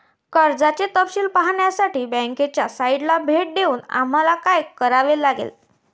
कर्जाचे तपशील पाहण्यासाठी बँकेच्या साइटला भेट देऊन आम्हाला काय करावे लागेल?